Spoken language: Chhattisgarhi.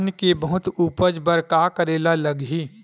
धान के बहुत उपज बर का करेला लगही?